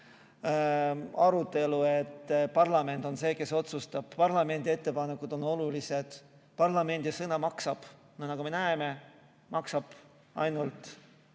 arutelu nii, et parlament on see, kes otsustab, parlamendi ettepanekud on olulised, parlamendi sõna maksab? Nagu me näeme, maksab ainult